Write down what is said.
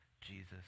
Jesus